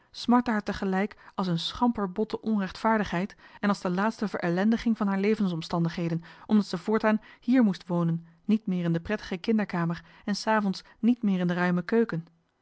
smartte haar tegelijk als een schamper botte onrechtvaardigheid en als de laatste verellendiging van haar levensomstandigheden omdat ze voortaan hier moest wonen niet meer in de prettige kinderkamer en s avonds niet meer in de ruime keuken